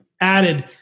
added